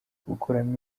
gukuramo